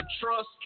trust